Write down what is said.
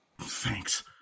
Thanks